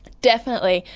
definitely.